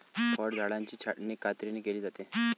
फळझाडांची छाटणी कात्रीने केली जाते